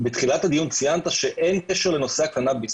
בתחילת הדיון ציינת שאין קשר לנושא הקנביס,